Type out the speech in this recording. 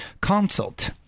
consult